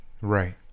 Right